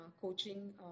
coaching